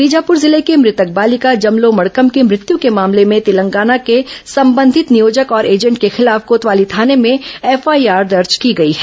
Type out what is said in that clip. बीजापुर जिले की मृतक बालिका जमलो मड़कम की मृत्यु के मामले में तेलंगाना के संबंधित नियोजक और एजेंट के खिलाफ कोतवाली थाने में एफआईआर दर्ज की गई है